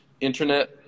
Internet